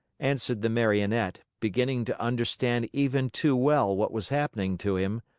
answered the marionette, beginning to understand even too well what was happening to him.